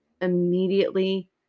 immediately